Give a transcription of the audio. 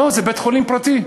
לא, זה בית-חולים פרטי,